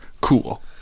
cool